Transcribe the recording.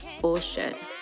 bullshit